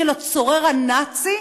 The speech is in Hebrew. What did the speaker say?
של הצורר הנאצי,